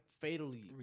fatally